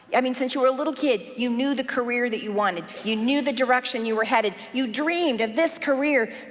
i mean, since you were a little kid you knew the career that you wanted. you knew the direction you were headed. you dreamed of this career,